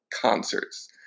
concerts